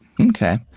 Okay